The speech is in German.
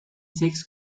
sechs